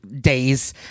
days